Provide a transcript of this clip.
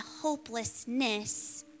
hopelessness